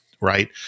right